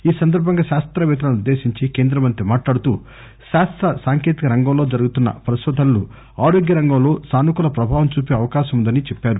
ఈ సందర్బంగా శాస్తపేత్తలను ఉద్దేశించి కేంద్ర మంత్రి మాట్లాడుతూ శాస్త సాంకేతిక రంగంలో జరుగుతున్న పరిశోధనలు ఆరోగ్య రంగం లో సానుకూల ప్రభావం చూపే అవకాశం ఉందని చెప్పారు